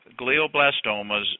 glioblastomas